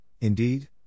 indeed